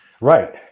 right